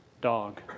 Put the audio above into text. dog